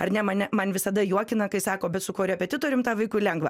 ar ne mane man visada juokina kai sako bet su korepetitoriumi tam vaikui lengva